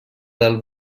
del